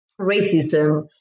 racism